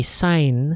sign